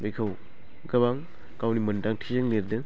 बेखौ गोबां गावनि मोन्दांथिजों लिरदों